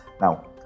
Now